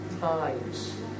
times